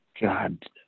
God